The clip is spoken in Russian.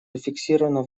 зафиксировано